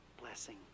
Blessing